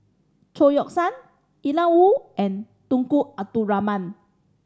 Chao Yoke San Ian Woo and Tunku Abdul Rahman